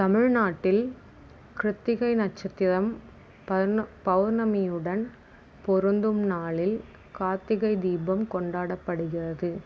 தமிழ்நாட்டில் கிருத்திகை நட்சத்திரம் பௌர்ணமியுடன் பொருந்தும் நாளில் கார்த்திகை தீபம் கொண்டாடப்படுகிறது